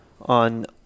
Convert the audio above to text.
on